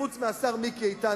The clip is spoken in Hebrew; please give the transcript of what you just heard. חוץ מהשר מיקי איתן,